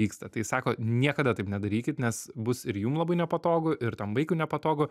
vyksta tai sako niekada taip nedarykit nes bus ir jum labai nepatogu ir tam vaikui nepatogu